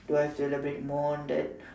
do I have to elaborate more on that